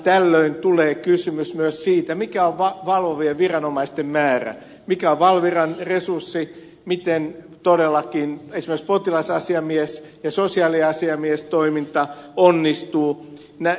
tällöin tulee kysymys myös siitä mikä on valvovien viranomaisten määrä mikä on valviran resurssi miten todellakin esimerkiksi potilasasiamies ja sosiaaliasiamiestoiminta onnistuvat